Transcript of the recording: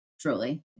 Truly